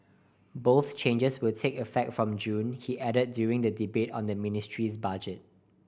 both changes will take effect from June he added during the debate on the ministry's budget